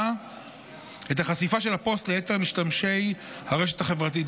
של הפוסט ליתר משתמשי הרשת החברתית.